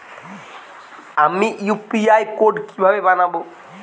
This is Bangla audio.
আমি ইউ.পি.আই কোড কিভাবে বানাব?